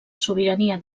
sobirania